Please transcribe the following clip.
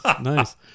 Nice